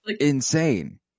insane